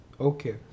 Okay